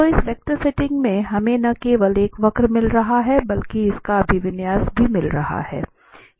तो इस vector setting में हमें न केवल एक वक्र मिल रहा है बल्कि इसका अभिविन्यास भी मिल रहा है